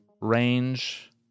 range